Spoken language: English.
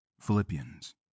Philippians